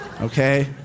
okay